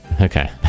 Okay